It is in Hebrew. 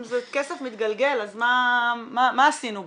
אם זה כסף מתגלגל, אז מה עשינו בזה?